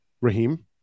Raheem